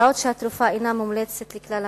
בעוד התרופה אינה מומלצת לכלל הנשים.